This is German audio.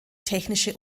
technische